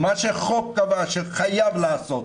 מה שהחוק קבע שחייבים לעשות,